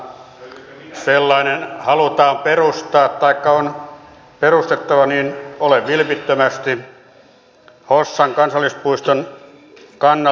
mutta jos juhlavuonna sellainen halutaan perustaa taikka on perustettava niin olen vilpittömästi hossan kansallispuiston kannalla